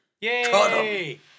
Yay